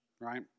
right